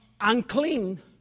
unclean